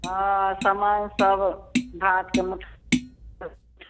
हँ सामान सब बाँसके